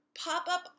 pop-up